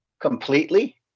completely